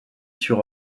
sur